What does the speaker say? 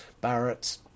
Barrett